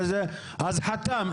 אז חתם.